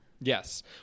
Yes